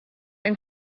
and